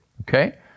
okay